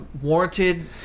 Warranted